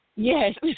Yes